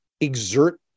exert